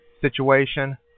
situation